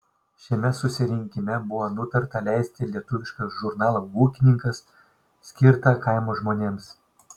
šiame susirinkime buvo nutarta leisti lietuvišką žurnalą ūkininkas skirtą kaimo žmonėms